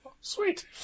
Sweet